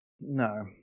no